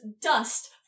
dust